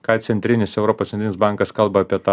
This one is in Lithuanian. ką centrinis europos centrinis bankas kalba apie tą